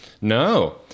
no